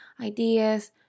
ideas